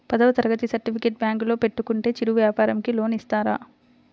పదవ తరగతి సర్టిఫికేట్ బ్యాంకులో పెట్టుకుంటే చిరు వ్యాపారంకి లోన్ ఇస్తారా?